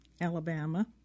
Alabama